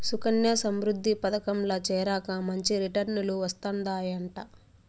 సుకన్యా సమృద్ధి పదకంల చేరాక మంచి రిటర్నులు వస్తందయంట